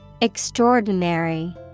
Extraordinary